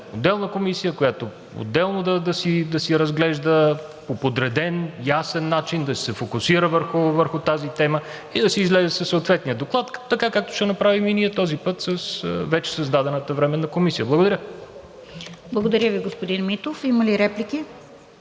отделна комисия, която отделно да си разглежда по подреден, ясен начин, да си се фокусира върху тази тема и да си излезе със съответния доклад, така както ще направим и ние този път с вече създадената временна комисия. Благодаря. ПРЕДСЕДАТЕЛ РОСИЦА КИРОВА: Благодаря Ви, господин Митов. Има ли реплики?